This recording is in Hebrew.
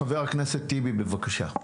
חבר הכנסת אחמד טיבי, בבקשה.